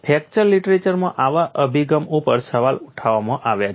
fracture લીટરેચરમાં આવા અભિગમ ઉપર સવાલ ઉઠાવવામાં આવ્યા છે